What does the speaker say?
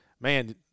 man